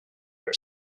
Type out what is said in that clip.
air